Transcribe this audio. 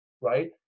right